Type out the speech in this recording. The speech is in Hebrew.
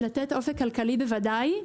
לתת אופק כלכלי בוודאי,